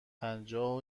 پنجاه